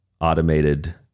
automated